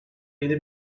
yeni